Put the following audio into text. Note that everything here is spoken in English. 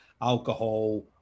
alcohol